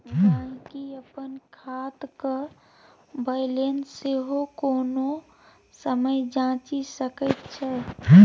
गहिंकी अपन खातक बैलेंस सेहो कोनो समय जांचि सकैत छै